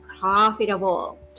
profitable